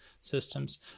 systems